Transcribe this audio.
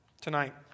tonight